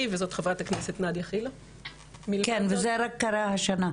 וזאת חברת הכנסת נאדיה חילו--- כן וזה רק קרה השנה.